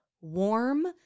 warm